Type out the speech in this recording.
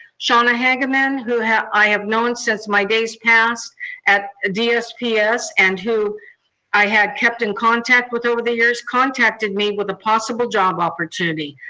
shauna hagemann who i have known since my days past at dsps and who i had kept in contact with over the years contacted me with a possible job opportunity.